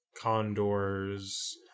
condors